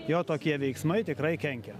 jo tokie veiksmai tikrai kenkia